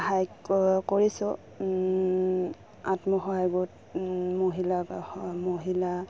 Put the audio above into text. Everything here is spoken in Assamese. হাইক কৰিছোঁ আত্মসহায়ক গোট মহিলা মহিলা